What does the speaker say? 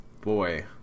Boy